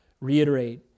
reiterate